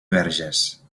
verges